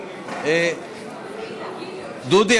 דודי,